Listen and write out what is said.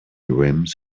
rims